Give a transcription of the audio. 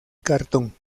cartón